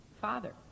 father